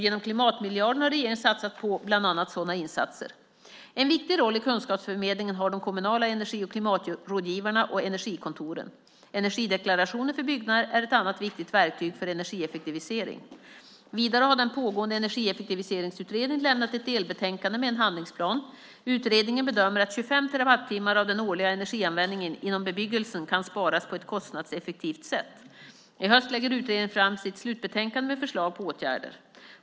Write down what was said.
Genom klimatmiljarden har regeringen satsat på bland annat sådana insatser. En viktig roll i kunskapsförmedlingen har de kommunala energi och klimatrådgivarna och energikontoren. Energideklarationer för byggnader är ett annat viktigt verktyg för energieffektivisering. Vidare har den pågående energieffektiviseringsutredningen lämnat ett delbetänkande med en handlingsplan. Utredningen bedömer att 25 terawattimmar av den årliga energianvändningen inom bebyggelsen kan sparas på ett kostnadseffektivt sätt. I höst lägger utredningen fram sitt slutbetänkande med förslag på åtgärder.